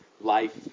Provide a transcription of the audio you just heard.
life